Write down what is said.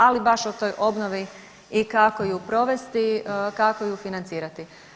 Ali baš o toj obnovi i kako ju provesti, kako ju financirati.